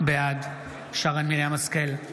בעד שרן מרים השכל,